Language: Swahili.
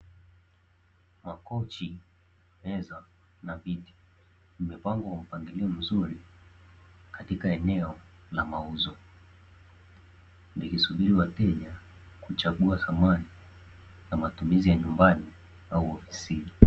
Makochi, meza na viti vimepangwa kwa mpangilio mzuri katika eneo la mauzo, ikisubiri wateja kuchagua samani na matumizi ya nyumbani au ofisini.